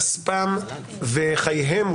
כספם וחייהם,